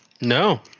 No